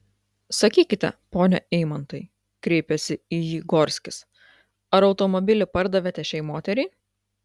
sakykite pone eimantai kreipėsi į jį gorskis ar automobilį pardavėte šiai moteriai